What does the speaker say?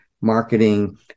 marketing